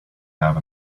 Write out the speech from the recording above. have